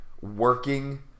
working